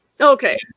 Okay